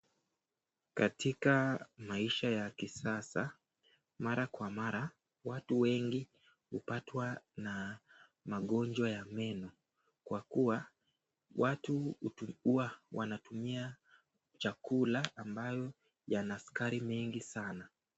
Katika maisha ya kisasa, mara kwa mara watu wengi hupatwa na magonjwa ya meno kwa kuwa watu huwa wanatumia chakula ambayo yana sukari mengi sana.